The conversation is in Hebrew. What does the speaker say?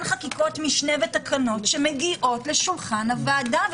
חקיקות משנה ותקנות שמגיעות לשולחן הוועדה,